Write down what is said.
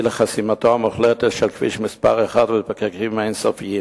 לחסימתו המוחלטת של כביש 1 ולפקקים אין-סופיים.